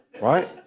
Right